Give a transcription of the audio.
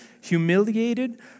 humiliated